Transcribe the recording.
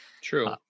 True